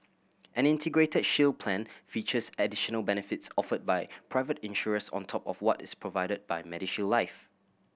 an Integrated Shield Plan features additional benefits offered by private insurers on top of what is provided by MediShield Life